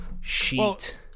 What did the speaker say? sheet